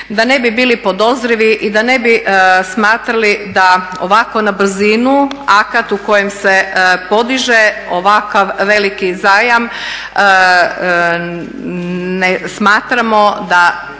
da ne bi bili podozrivi i da ne bi smatrali da ovako na briznu akat u kojem se podiže ovakav veliki zajam ne smatramo da